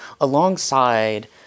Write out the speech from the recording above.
alongside